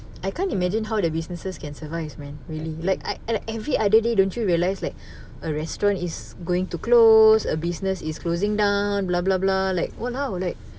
I can't imagine how the businesses can survive man really like ev~ every other day don't you realise like a restaurant is going to close a business is closing down blah blah blah like !walao! like